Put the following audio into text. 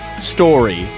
story